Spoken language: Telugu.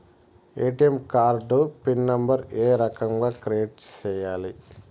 ఎ.టి.ఎం కార్డు పిన్ నెంబర్ ఏ రకంగా క్రియేట్ సేయాలి